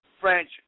French